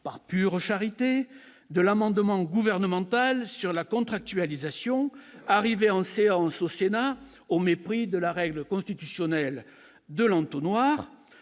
parlerai pas de l'amendement gouvernemental sur la contractualisation, déposé en séance au Sénat au mépris de la règle constitutionnelle de l'entonnoir